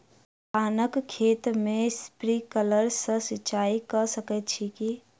धानक खेत मे स्प्रिंकलर सँ सिंचाईं कऽ सकैत छी की?